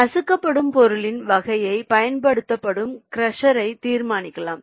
நசுக்கப்படும் பொருளின் வகையும் பயன்படுத்தப்படும் க்ரஷர்யை தீர்மானிக்கலாம்